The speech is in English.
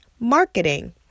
marketing